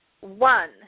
one